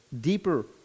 deeper